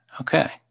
Okay